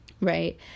right